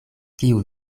kiu